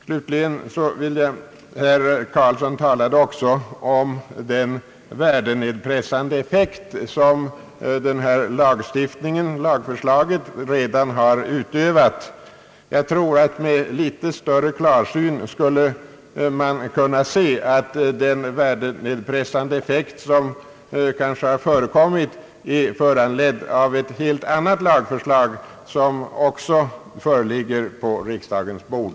Herr Karlsson talade också om den värdenedpressande effekt som lagförslaget redan har utövat. Med litet större klarsyn tror jag man skulle finna, att den värdenedpressande effekt som kanske har förekommit är föranledd av ett helt annat lagförslag, som också ligger på riksdagens bord.